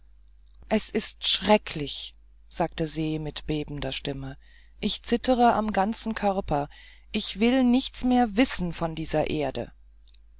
das ist schrecklich sagte se mit bebender stimme ich zittere am ganzen körper ich will nichts mehr wissen von dieser erde